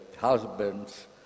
husbands